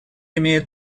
имеет